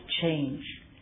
change